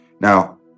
Now